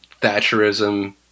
thatcherism